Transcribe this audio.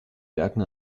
werken